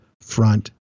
front